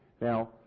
Now